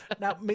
now